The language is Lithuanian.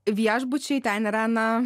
viešbučiai ten yra na